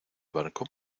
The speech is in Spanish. barco